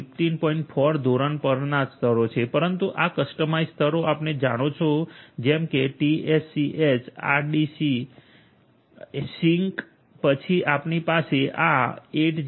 4 ધોરણ પરના સ્તરો છે પરંતુ આ કસ્ટમાઇઝ્ડ સ્તરો આપણે જાણો છો જેમ કે ટીએસસીએચ આરડીસી સિન્ક પછીઆપણીપાસે આ 802